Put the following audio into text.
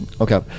Okay